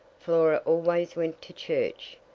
flora always went to church,